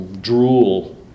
drool